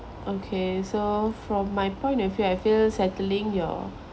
okay so from my point of view I feel settling your